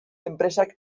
enpresak